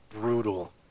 brutal